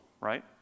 right